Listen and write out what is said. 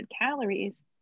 calories